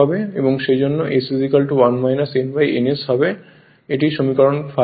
এবং সেইজন্য s 1 n ns বলুন এটি হল সমীকরণ 5